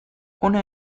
hona